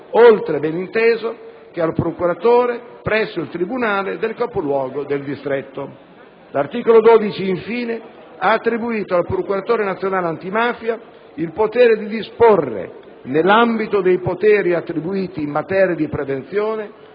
oltre che, beninteso, al procuratore presso il tribunale del capoluogo del distretto. L'articolo 12, infine, ha attribuito al Procuratore nazionale antimafia il potere di disporre, nell'ambito dei poteri attribuiti in materia di prevenzione,